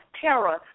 terror